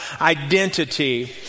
identity